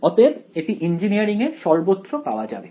অতএব এটি ইঞ্জিনিয়ারিংয়ে সর্বত্র পাওয়া যাবে